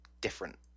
different